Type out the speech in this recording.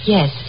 Yes